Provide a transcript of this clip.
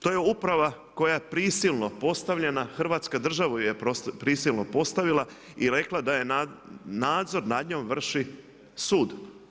To je uprava koja je prisilno postavljena, Hrvatska država ju je prisilno postavila i rekla da nadzor nad njom vrši sud.